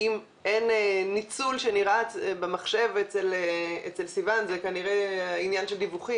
אם אין ניצול שנראה במחשב אצל סיון זה כנראה עניין של דיווחים,